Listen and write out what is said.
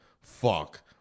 fuck